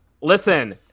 Listen